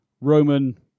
Roman